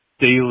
daily